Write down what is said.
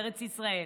בארץ ישראל.